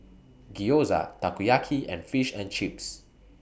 Gyoza Takoyaki and Fish and Chips